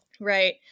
right